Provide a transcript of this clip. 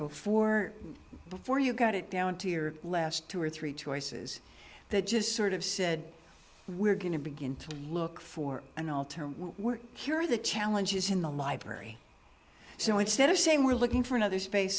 before before you got it down to your last two or three choices that just sort of said we're going to begin to look for an all term cure the challenge is in the library so instead of saying we're looking for another space